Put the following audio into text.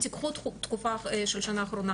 תיקחו תקופה של השנה האחרונה,